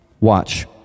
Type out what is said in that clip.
Watch